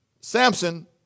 Samson